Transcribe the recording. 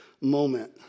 moment